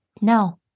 No